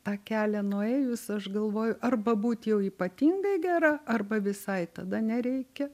tą kelią nuėjus aš galvoju arba būt jau ypatingai gera arba visai tada nereikia